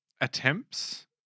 attempts